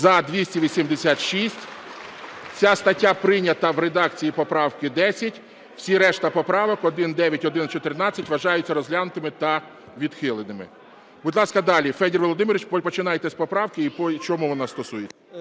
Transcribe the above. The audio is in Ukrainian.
За-286 Ця стаття прийнята в редакції поправки 10. Всі решта поправок 1-9, 11-14 вважаються розглянутими та відхиленими. Будь ласка, далі. Федоре Володимировичу, починайте з поправки, і по чому вона стосується.